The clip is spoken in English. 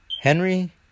Henry